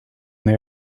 they